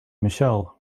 michelle